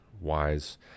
wise